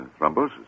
Thrombosis